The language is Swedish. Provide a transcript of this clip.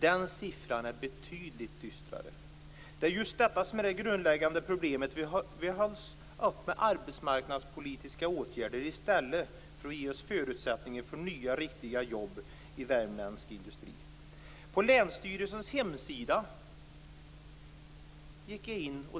Den siffran är betydligt dystrare. Det är just detta som är det grundläggande problemet. Vi hålls uppe med arbetsmarknadspolitiska åtgärder i stället för att ges förutsättningar för nya riktiga jobb i värmländsk industri. Jag gick in på länsstyrelsens hemsida.